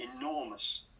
Enormous